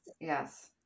yes